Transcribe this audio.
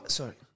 Sorry